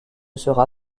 sera